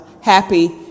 happy